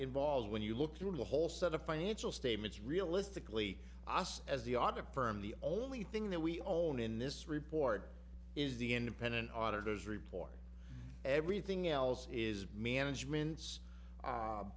involves when you look through the whole set of financial statements realistically us as the audit firm the only thing that we own in this report is the independent auditors report everything else is management's